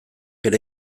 ere